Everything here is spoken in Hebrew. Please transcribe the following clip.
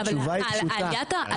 התשובה היא מאוד פשוטה.